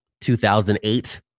2008